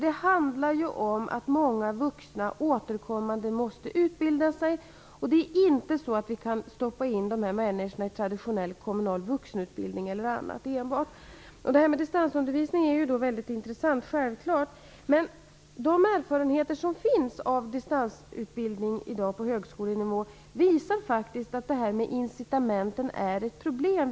Det handlar ju om att många vuxna återkommande måste utbilda sig, och vi kan inte enbart stoppa in dessa människor i traditionell kommunal vuxenutbildning eller liknande. Självklart är då distansundervisning mycket intressant. Men de erfarenheter som i dag finns av distansutbildning på högskolenivå visar, som jag påpekade inledningsvis, att incitamenten är ett problem.